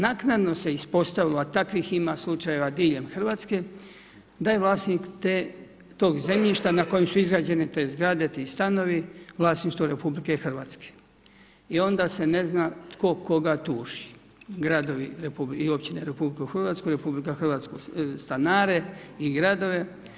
Naknado se ispostavilo a takvih ima slučajeva diljem Hrvatske, da je vlasnik tog zemljišta na kojem su izgrađene te zgrade, ti stanovi, vlasništvo RH i onda se ne zna tko koga tuži, gradovi i općine u RH, RH stanare i gradove.